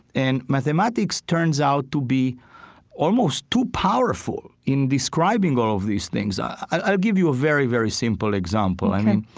and mathematics turns out to be almost too powerful in describing all these things. i'll give you a very, very simple example and and